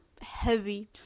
heavy